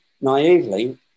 naively